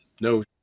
no